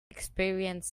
experience